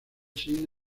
sin